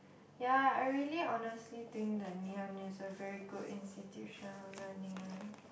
ya I really honestly think that ngee ann is a very good institution of learning eh